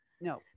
No